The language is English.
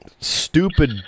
Stupid